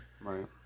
Right